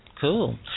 Cool